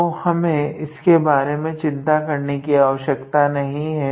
तो हमें उसके बारे में चिंता करने की आवश्यकता नहीं है